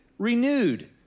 renewed